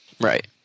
Right